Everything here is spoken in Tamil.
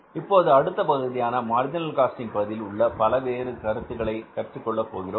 இப்போது அடுத்த பகுதியான மார்ஜினல் காஸ்டிங் பகுதியில் உள்ள வேறு பல கருத்துக்களை கற்றுக் கொள்ளப் போகிறோம்